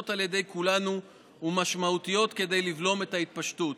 ומשמעותיות על ידי כולנו כדי לבלום את ההתפשטות.